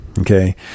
Okay